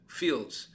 fields